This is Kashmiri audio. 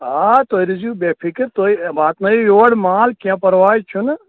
آ تُہۍ روٗزِو بےٚ فِکر تُہۍ واتنٲوِو یور مال کیٚنٛہہ پرواے چھُنہٕ